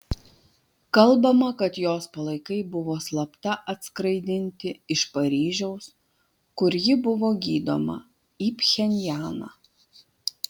kalbama kad jos palaikai buvo slapta atskraidinti iš paryžiaus kur ji buvo gydoma į pchenjaną